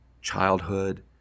childhood